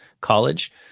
college